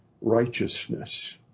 righteousness